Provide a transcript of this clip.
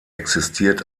existiert